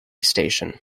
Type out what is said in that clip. station